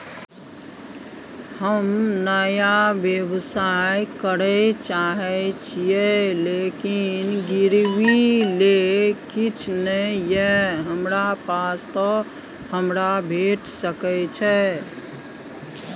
हम नया व्यवसाय करै चाहे छिये लेकिन गिरवी ले किछ नय ये हमरा पास त हमरा भेट सकै छै?